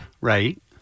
right